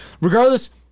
Regardless